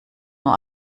nur